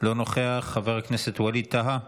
לא נוכח, חבר הכנסת ווליד טאהא,